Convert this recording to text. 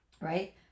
Right